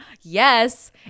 Yes